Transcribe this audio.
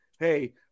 hey